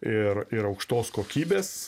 ir ir aukštos kokybės